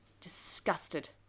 Disgusted